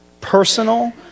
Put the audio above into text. personal